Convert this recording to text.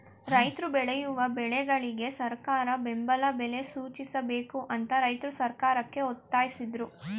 ರೈತ್ರು ಬೆಳೆಯುವ ಬೆಳೆಗಳಿಗೆ ಸರಕಾರ ಬೆಂಬಲ ಬೆಲೆ ಸೂಚಿಸಬೇಕು ಅಂತ ರೈತ್ರು ಸರ್ಕಾರಕ್ಕೆ ಒತ್ತಾಸಿದ್ರು